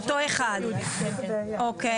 אוקיי.